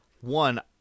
one